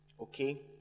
Okay